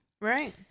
right